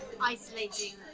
isolating